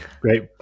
Great